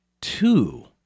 two